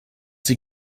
sie